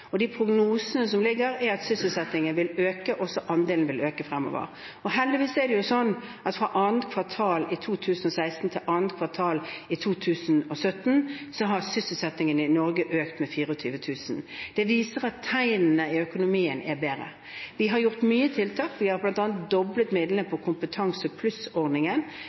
De prognosene som foreligger, er at sysselsettingsandelen vil øke fremover. Og heldigvis er det slik at fra 2. kvartal i 2016 til 2. kvartal i 2017 har sysselsettingen i Norge økt med 24 000. Det viser at tegnene i økonomien er bedre. Vi har gjort mange tiltak. Vi har bl.a. doblet midlene